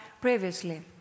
previously